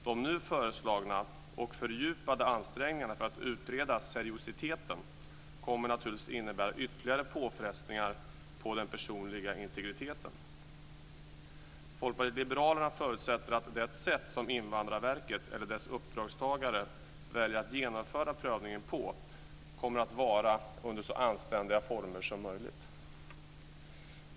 De nu föreslagna och fördjupade ansträngningarna för att utreda seriositeten kommer naturligtvis att innebära ytterligare påfrestningar på den personliga integriteten. Folkpartiet liberalerna förutsätter att Invandrarverket eller dess uppdragstagare väljer att genomföra prövningen under så anständiga former som möjligt.